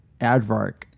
advark